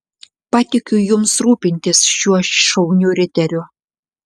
patikiu jums rūpintis šiuo šauniu riteriu